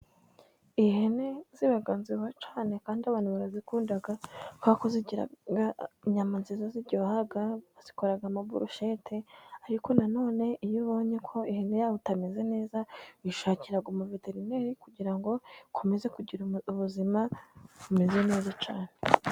Ihene ziba nziza cyane kandi abantu barazikunda kubera ko zigira inyama nziza ziryoha. Bazikoramo burushete ariko na none iyo ubonye ko ihene yawe itameze neza, uyishakira umuveterineri kugira ngo ikomeze kugira ubuzima bumeze neza cyane.